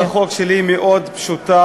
הצעת החוק שלי היא מאוד פשוטה,